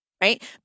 right